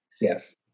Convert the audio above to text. Yes